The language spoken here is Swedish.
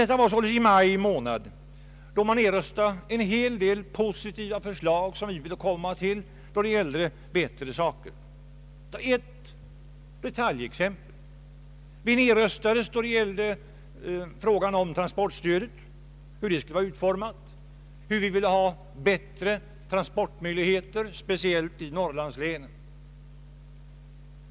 Detta skedde således i maj månad, då man nedröstade även en hel del positiva förslag som vi hade kommit med. Jag kan ta ett detaljexempel. Vårt förslag om transportstödets utformning nedröstades. Vi ville ha bättre transportmöjligheter, speciellt i Norrlandslänen.